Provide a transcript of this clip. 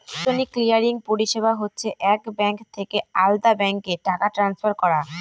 electronic clearing পরিষেবা হচ্ছে এক ব্যাঙ্ক থেকে আলদা ব্যাঙ্কে টাকা ট্রান্সফার করা